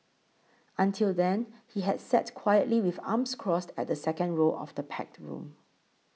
until then he has sat quietly with arms crossed at the second row of the packed room